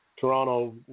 Toronto